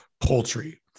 poultry